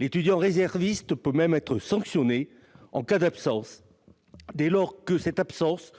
L'étudiant réserviste peut même être sanctionné en cas d'absence, dès lors que cette absence